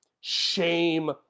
shame